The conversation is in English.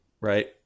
right